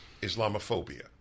Islamophobia